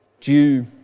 due